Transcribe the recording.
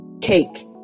cake